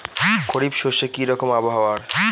খরিফ শস্যে কি রকম আবহাওয়ার?